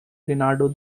leonardo